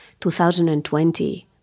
2020